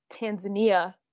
tanzania